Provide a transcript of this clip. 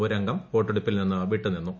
ഒരംഗം വോട്ടെടുപ്പിൽ നിന്ന് വിട്ടുനിന്നു